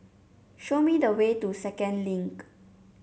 show me the way to Second Link